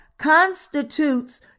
constitutes